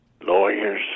lawyers